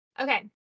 Okay